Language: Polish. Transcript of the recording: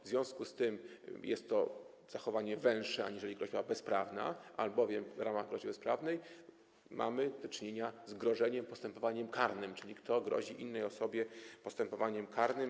W związku z tym jest to zachowanie węższe aniżeli groźba bezprawna, albowiem w ramach groźby bezprawnej mamy do czynienia z grożeniem postępowaniem karnym, czyli: kto grozi innej osobie postępowaniem karnym.